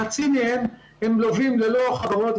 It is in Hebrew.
חצי מהם הם לווים ללא חברות,